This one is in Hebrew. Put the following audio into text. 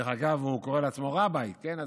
דרך אגב, הוא קורא לעצמו רבי, אז